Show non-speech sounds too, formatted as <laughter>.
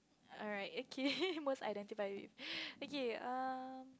alright okay <laughs> most identify okay err